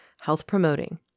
health-promoting